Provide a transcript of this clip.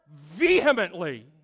vehemently